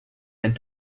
and